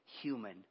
human